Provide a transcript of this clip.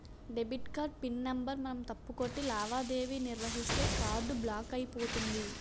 debit card PIN number మనం తప్పు కొట్టి లావాదేవీ నిర్వహిస్తే కార్డు బ్లాక్ అయిపోతుంది